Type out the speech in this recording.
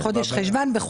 חודש חשוון.